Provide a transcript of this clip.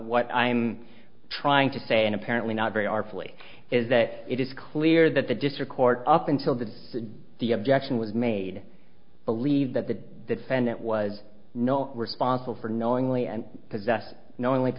what i'm trying to say and apparently not very artfully is that it is clear that the district court up until this the objection was made believe that the defendant was not responsible for knowingly and possessed no one like